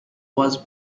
was